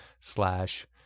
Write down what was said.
slash